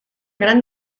gran